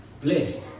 Blessed